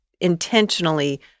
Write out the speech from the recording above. intentionally